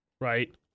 Right